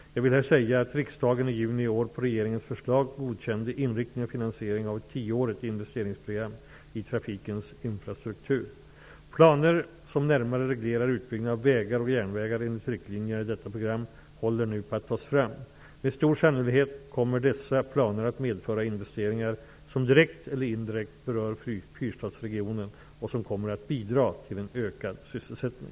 Jag vill här säga att riksdagen i juni i år på regeringens förslag godkände inriktning och finansiering av ett tioårigt investeringsprogram i trafikens infrastruktur. Planer som närmare reglerar utbyggnaden av vägar och järnvägar enligt riktlinjerna i detta program håller nu på att tas fram. Med stor sannolikhet kommer dessa planer att medföra investeringar som direkt eller indirekt berör Fyrstadsregionen och som kommer att bidra till en ökad sysselsättning.